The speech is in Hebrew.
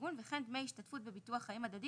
ארגון וכן דמי השתתפות בביטוח חיים הדדי